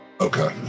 okay